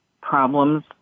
problems